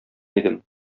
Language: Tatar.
идем